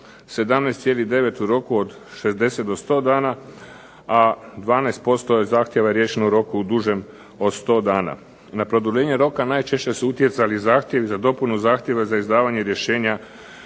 17,9 u roku od 60 do 100 dana, a 12% zahtjeva je riješeno u roku dužem od 100 dna. Na produljenje roka najčešće su utjecali zahtjevi za dopunu zahtjeva za izdavanje rješenja